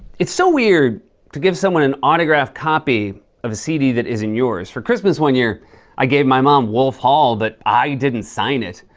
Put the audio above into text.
it's so weird to give someone an autographed copy of a cd that isn't yours. for christmas one year i gave my mom wolf hall but i didn't sign it.